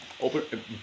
Open